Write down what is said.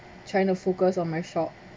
trying to focus on my shop